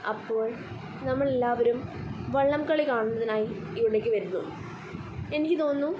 അപ്പോൾ നമ്മളെല്ലാവരും വള്ളം കളി കാണുന്നതിനായി ഇവിടേക്കു വരുന്നു എനിക്കു തോന്നുന്നു